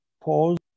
pause